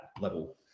level